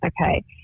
okay